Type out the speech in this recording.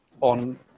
on